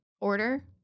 order